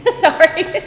Sorry